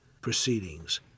proceedings